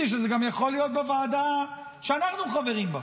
שזה גם יכול להיות גם בוועדה שאנחנו חברים בה,